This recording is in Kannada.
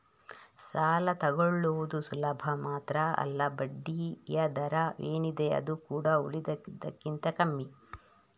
ಸಾಲ ತಕ್ಕೊಳ್ಳುದು ಸುಲಭ ಮಾತ್ರ ಅಲ್ಲ ಬಡ್ಡಿಯ ದರ ಏನಿದೆ ಅದು ಕೂಡಾ ಉಳಿದದಕ್ಕಿಂತ ಕಮ್ಮಿ